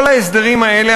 כל ההסדרים האלה,